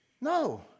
No